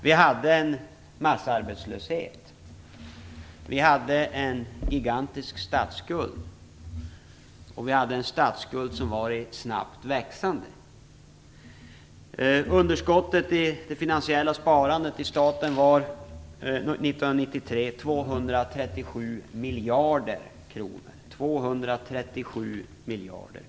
Vi hade en massarbetslöshet och en gigantisk och snabbt växande statsskuld. 1993 till 237 miljarder kronor - 237 miljarder!